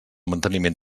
manteniment